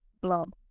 blob